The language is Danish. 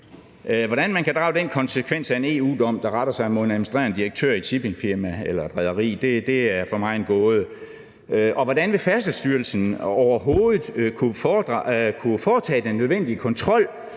Hvordan man kan drage den konsekvens af en EU-dom, der retter sig mod en administrerende direktør i et shippingfirma eller et rederi, er for mig en gåde. Og hvordan vil Færdselsstyrelsen overhovedet kunne foretage den nødvendige kontrol